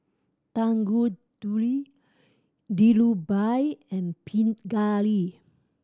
Tanguturi Dhirubhai and Pingali